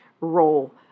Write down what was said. role